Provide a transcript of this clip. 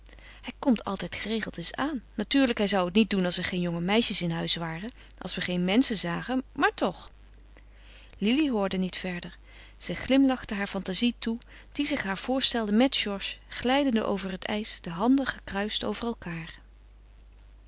hij komt altijd geregeld eens aan natuurlijk hij zou het niet doen als er geen jonge meisjes in huis waren als we geen menschen zagen maar toch lili hoorde niet verder ze glimlachte haar fantazie toe die zich haar voorstelde met georges glijdende over het ijs de handen gekruist over elkaâr